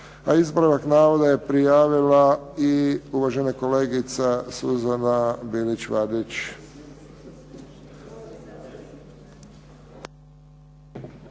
A ispravak navoda je prijavila i uvažena kolegica Suzana Bilić Vardić.